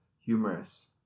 humorous